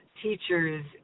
teachers